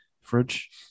Fridge